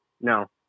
No